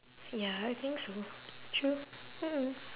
ya I think so true mmhmm